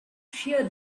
shear